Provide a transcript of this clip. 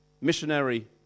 missionary